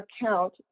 account